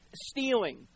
stealing